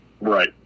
Right